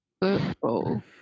Football